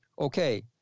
Okay